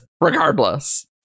regardless